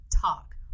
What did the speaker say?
talk